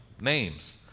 names